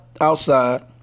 outside